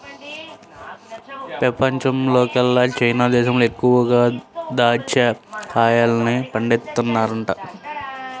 పెపంచంలోకెల్లా చైనా దేశంలో ఎక్కువగా దాచ్చా కాయల్ని పండిత్తన్నారంట